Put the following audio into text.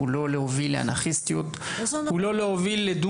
לא להוביל לאנרכיזם ולא להוביל לדו